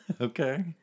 Okay